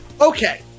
Okay